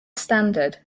standard